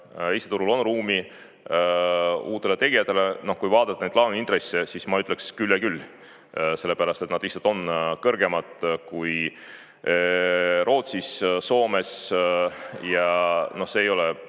Eesti turul on ruumi uutele tegijatele? Kui vaadata neid laenuintresse, siis ma ütleksin, et küll ja küll. Sellepärast et nad lihtsalt on kõrgemad kui Rootsis-Soomes ja see ei ole